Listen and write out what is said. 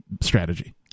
strategy